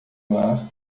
mar